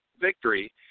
victory